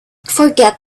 forget